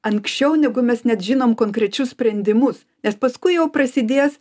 anksčiau negu mes net žinom konkrečius sprendimus nes paskui jau prasidės